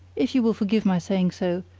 if you will forgive my saying so,